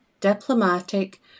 diplomatic